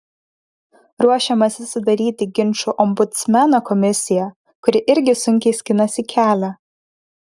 ruošiamasi sudaryti ginčų ombudsmeno komisiją kuri irgi sunkiai skinasi kelią